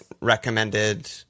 recommended